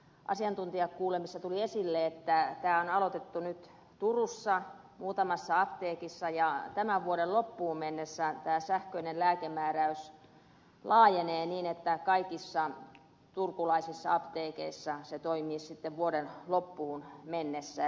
asiantuntijakuulemisessa tuli esille että tämä on aloitettu nyt turussa muutamassa apteekissa ja tämän vuoden loppuun mennessä tämä sähköinen lääkemääräys laajenee niin että kaikissa turkulaisissa apteekeissa se toimisi sitten vuoden loppuun mennessä